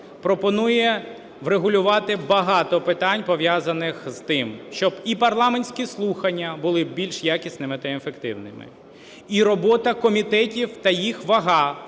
пропонує врегулювати багато питань, пов'язаних з тим, щоб і парламентські слухання були більш якісними та ефективними, і робота комітетів та їх вага